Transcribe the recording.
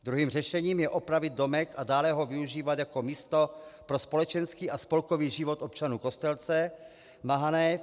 Druhým řešením je opravit domek a dále ho využívat jako místo pro společenský a spolkový život občanů Kostelce na Hané.